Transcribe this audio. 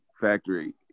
Factory